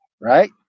right